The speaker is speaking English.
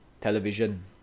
television